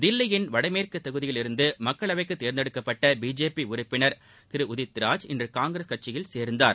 தில்லியின் வடமேற்கு தொகுதியில் இருந்து மக்களவைக்கு தோந்தெடுக்கப்பட்ட பிஜேபி உறுப்பினர் உதித்ராஜ் இன்று காங்கிரஸ் கட்சியில் சேர்ந்தார்